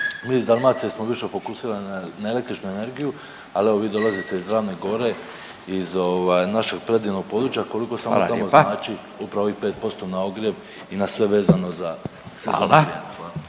mi iz Dalmacije smo više fokusirani na električnu energiju, ali evo vi dolazite iz Ravne Gore iz ovaj našeg predivnog područja koliko samo …/Upadica: Hvala lijepa./… tamo znači upravo ovih 5% na ogrjev i na sve vezano za sezonu grijana.